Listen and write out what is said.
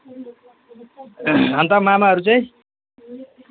अन्त मामाहरू चाहिँ